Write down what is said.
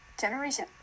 Generation